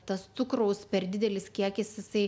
tas cukraus per didelis kiekis jisai